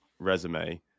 resume